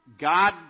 God